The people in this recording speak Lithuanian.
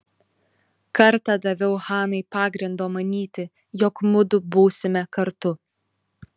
kartą daviau hanai pagrindo manyti jog mudu būsime kartu